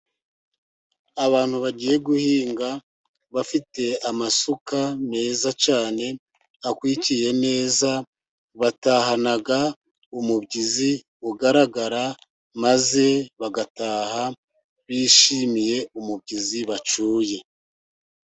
Abantu bagiye guhinga bafite amasuka meza cyane, akwikiye neza, batahana umubyizi ugaragara maze bagataha bishimiye umubyizi bacyuye.